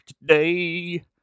today